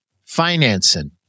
financing